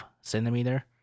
centimeter